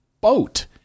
boat